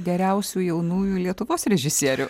geriausių jaunųjų lietuvos režisierių